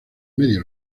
medio